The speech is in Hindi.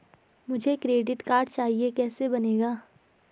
मुझे क्रेडिट कार्ड चाहिए कैसे बनेगा?